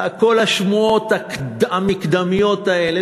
כל השמועות המקדמיות האלה.